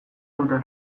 dute